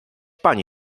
pani